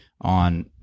on